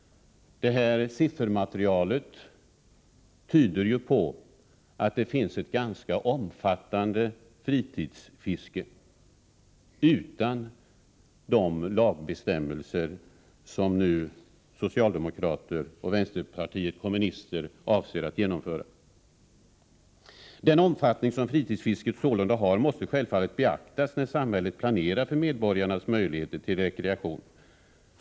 Detta siffermaterial tyder på att det finns ett ganska omfattande fritidsfiske, alltså även utan de lagbestämmelser som socialdemokraterna och vänsterpartiet kommunisterna nu avser att genomdriva. Den omfattning som fritidsfisket sålunda har måste självfallet beaktas när samhället planerar för medborgarnas möjligheter till rekreation.